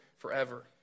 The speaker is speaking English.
forever